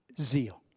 zeal